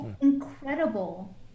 incredible